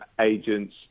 agents